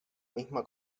misma